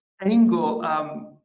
angle